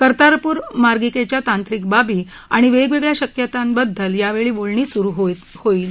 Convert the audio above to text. कर्तारपूर मार्गिकेच्या तांत्रिक बाबी आणि वेगवेगळ्या शक्यतांबद्दल या वेळी बोलणी होईल